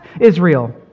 Israel